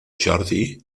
jordi